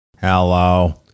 Hello